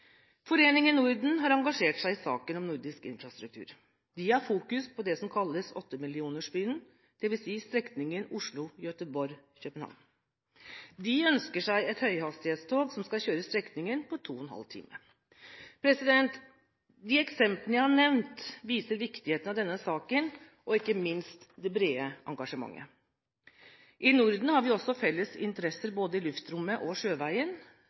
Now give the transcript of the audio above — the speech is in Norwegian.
Foreningen Norden har engasjert seg i saken om nordisk infrastruktur. De har fokus på det som kalles «8-millionersbyen», dvs. strekningen Oslo–Gøteborg–København. De ønsker seg et høyhastighetstog som skal kjøre strekningen på to og en halv time. De eksemplene jeg har nevnt, viser viktigheten av denne saken og ikke minst det brede engasjementet. I Norden har vi også felles interesser både i luftrommet og sjøveien,